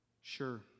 Sure